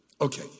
Okay